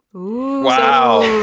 wow.